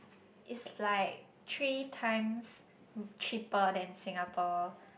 it's like three times cheaper than Singapore